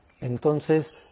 Entonces